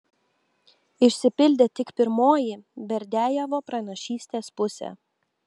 išsipildė tik pirmoji berdiajevo pranašystės pusė